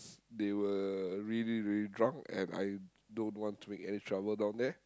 they were really really drunk and I don't want to make any trouble down there